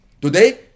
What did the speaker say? Today